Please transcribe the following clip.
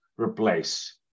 replace